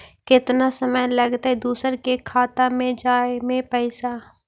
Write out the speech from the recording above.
केतना समय लगतैय दुसर के खाता में जाय में पैसा?